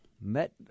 met